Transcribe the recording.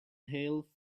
hail